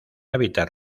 hábitat